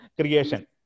creation